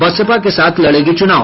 बसपा के साथ लड़ेगी चुनाव